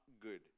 good